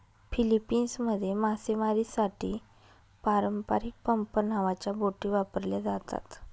फिलीपिन्समध्ये मासेमारीसाठी पारंपारिक पंप नावाच्या बोटी वापरल्या जातात